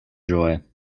joy